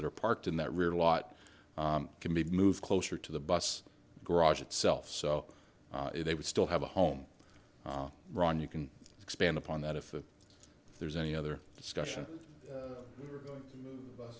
that are parked in that river lot can be moved closer to the bus garage itself so they would still have a home run you can expand upon that if there's any other discussion or we were going to move